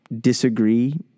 disagree